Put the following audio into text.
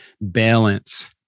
balance